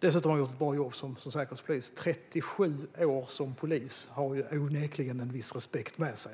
Dessutom har han gjort ett bra jobb som säkerhetspolis, och 37 år som polis för onekligen en viss respekt med sig.